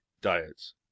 diets